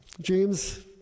James